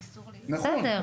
נכון,